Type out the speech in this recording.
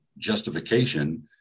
justification